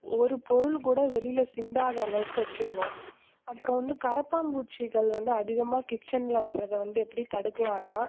ஒரு பொருள் கூட வெளியில் சிந்தாத அளவுக்கு வச்சிக்கணும் அப்புறம் வந்து கரப்பான்பூச்சிகள் வந்து அதிகமாக கிச்சனில் வர்றதை வந்து எப்படி தடுக்கலான்னா